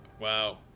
Wow